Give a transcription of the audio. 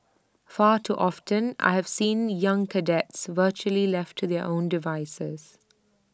far too often I have seen young cadets virtually left to their own devices